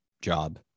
job